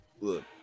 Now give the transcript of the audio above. Look